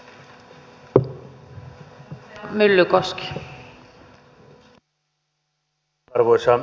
arvoisa rouva puhemies